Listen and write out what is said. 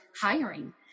hiring